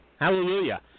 Hallelujah